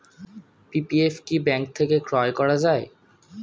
PPF কি bank থেকে ক্রয় করা যায়?